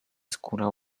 skóra